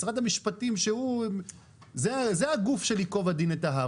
משרד המשפטים שזה הגוף של ייקוב הדין את ההר,